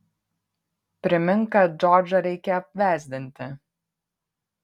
primink kad džordžą reikia apvesdinti